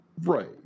Right